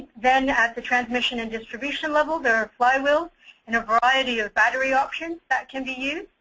then at the transmission and distribution level, there are flywheels and a variety of battery options that can be used.